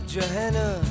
Johanna